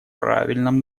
правильном